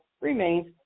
remains